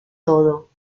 todo